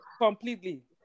Completely